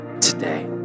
today